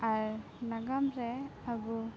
ᱟᱨ ᱱᱟᱜᱟᱢ ᱨᱮ ᱟᱵᱚ